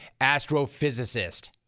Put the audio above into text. astrophysicist